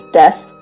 death